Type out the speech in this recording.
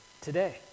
today